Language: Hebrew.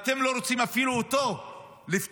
אתם לא רוצים אפילו אותו לפטור,